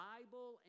Bible